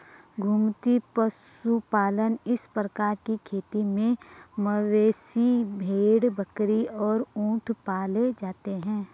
घुमंतू पशुपालन इस प्रकार की खेती में मवेशी, भेड़, बकरी और ऊंट पाले जाते है